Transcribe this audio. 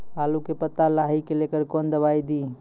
आलू के पत्ता लाही के लेकर कौन दवाई दी?